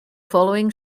following